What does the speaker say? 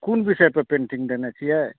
कोन विषय पर पेन्टिंग देने छियै